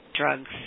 drugs